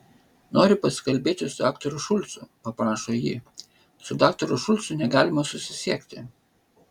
noriu pasikalbėti su daktaru šulcu paprašo ji su daktaru šulcu negalima susisiekti